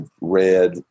read